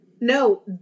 No